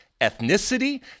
ethnicity